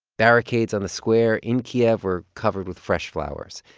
barricades on the square in kiev were covered with fresh flowers.